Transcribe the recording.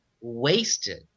Wasted